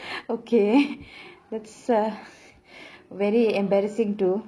okay that's uh very embarrassing too